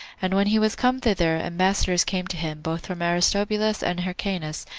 and when he was come thither, ambassadors came to him, both from aristobulus and hyrcanus,